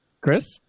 Chris